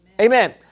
Amen